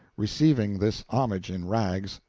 receiving this homage in rags,